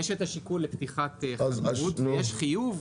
יש את השיקול לפתיחת חנות, ויש חיוב.